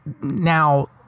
Now